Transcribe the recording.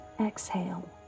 exhale